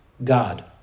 God